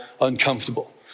uncomfortable